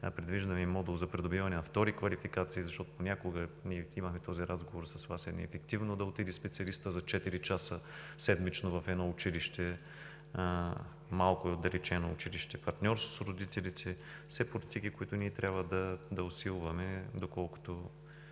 предвиждаме и модул за придобиване на втора квалификация, защото понякога – имали сме този разговор с Вас – е неефективно да отиде специалистът за четири часа седмично в едно малко и отдалечено училище. Партньорство с родителите – все политики, които ние трябва да усилваме с